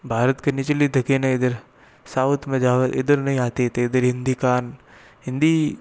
भारत के निचले देखे न इधर साउथ में जाओ इधर नहीं आती तो इधर हिंदी का हिंदी